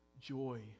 joy